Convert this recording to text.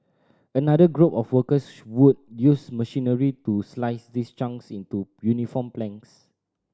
another group of workers would use machinery to slice these chunks into uniform planks